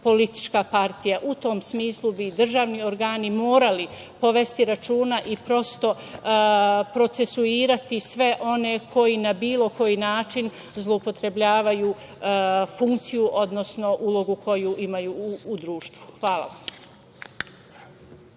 politička partija. U tom smislu bi državni organi morali povesti računa i prosto procesuirati sve one koji na bilo koji način zloupotrebljavaju funkciju odnosno ulogu koji imaju u društvu. Hvala